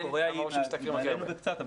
קוריאה היא מעלינו בקצת,